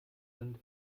sind